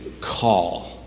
call